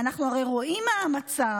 ואנחנו הרי רואים מה המצב.